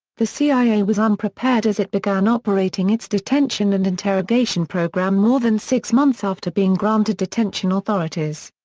the cia was unprepared as it began operating its detention and interrogation program more than six months after being granted detention authorities.